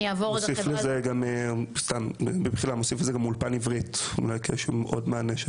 נוסיף לזה גם אולפן עברית, אולי כעוד מענה.